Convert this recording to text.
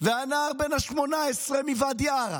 והנער בן ה-18 מוואדי עארה.